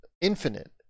infinite